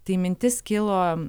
tai mintis kilo